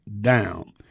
down